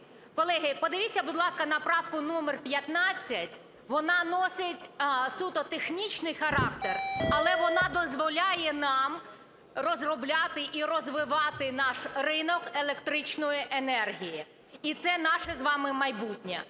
Колеги, подивіться, будь ласка, на правку номер 15, вона носить суто технічний характер, але вона дозволяє нам розробляти і розвивати наш ринок електричної енергії, і це наше з вами майбутнє.